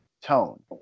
tone